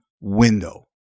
window